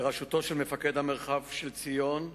בראשותו של מפקד מרחב ציון,